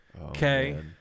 okay